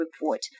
report